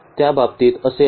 त्या बाबतीत असे आहे